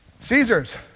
Caesars